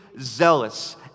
zealous